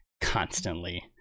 constantly